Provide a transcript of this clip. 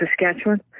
Saskatchewan